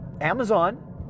Amazon